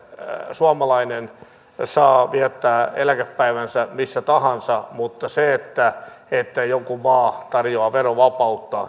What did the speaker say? suomalainen saa viettää eläkepäivänsä missä tahansa mutta se että joku maa tarjoaa verovapautta on